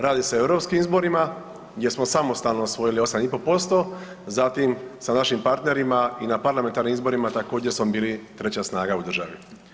Radi se o europskim izborima gdje smo samostalno osvojili 8,5%, zatim sa našim partnerima i na parlamentarnim izborima također smo bili 3 snaga u državi.